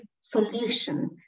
solution